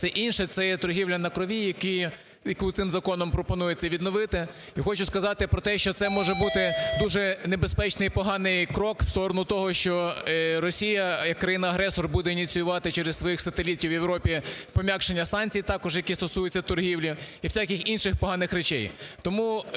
Все інше – це є торгівля на крові, яку цим законом пропонується відновити. І хочу сказати про те, що це може бути дуже небезпечний і поганий крок в сторону того, що Росія як країна-агресор буде ініціювати через своїх сателітів в Європі пом'якшення санкцій також, які стосуються торгівлі і всяких інших поганих речей.